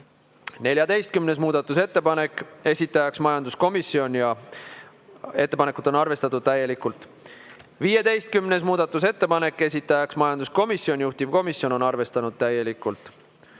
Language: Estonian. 14. muudatusettepanek, esitaja majanduskomisjon ja ettepanekut on arvestatud täielikult. 15. muudatusettepanek, esitaja majanduskomisjon, juhtivkomisjon on arvestanud täielikult.